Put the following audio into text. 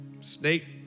snake